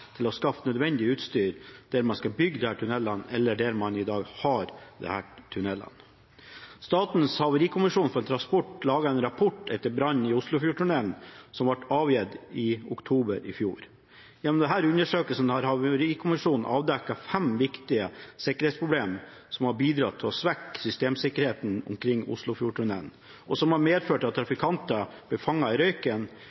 til å skaffe nødvendig utstyr der man skal bygge disse tunnelene – eller der man har tunnelene i dag. Statens havarikommisjon for transport laget etter brannen i Oslofjordtunnelen en rapport som ble avgitt i oktober 2013. Gjennom denne undersøkelsen har havarikommisjonen avdekket fem viktige sikkerhetsproblemer som har bidratt til å svekke systemsikkerheten omkring Oslofjordtunnelen, og som har medført at